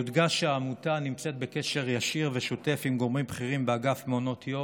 יודגש שהעמותה נמצאת בקשר ישיר ושוטף עם גורמים בכירים באגף מעונות יום.